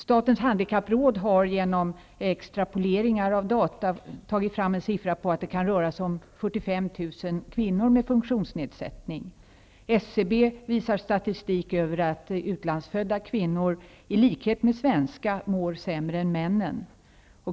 Statens handikappråd har genom extrapolering av data tagit fram en uppgift som tyder på att det kan röra sig om 45 000 kvinnor med funktionsnedsättning. SCB visar statistik som säger att utlandsfödda kvinnor, i likhet med svenska, mår sämre än männen.